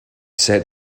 set